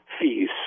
fees